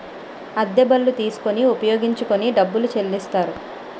అద్దె బళ్ళు తీసుకొని ఉపయోగించుకొని డబ్బులు చెల్లిస్తారు